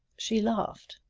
she laughed.